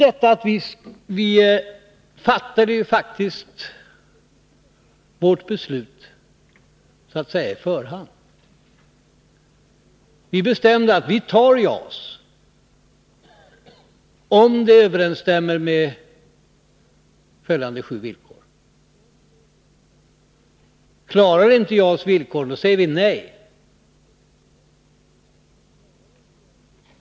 Det beror på att vi faktiskt fattade vårt beslut så att säga i förhand. Vi bestämde att vi tar JAS, om det överensstämmer med sju villkor. Klarar inte JAS villkoren, säger vi nej.